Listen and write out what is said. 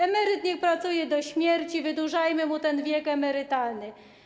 Emeryt niech pracuje do śmierci, podnieśmy mu ten wiek emerytalny.